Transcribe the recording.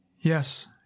Yes